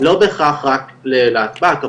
לא בהכרח רק ללהטב"ק,